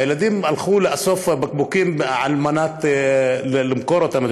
הילדים הלכו לאסוף בקבוקים כדי למכור אותם,